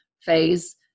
phase